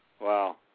Wow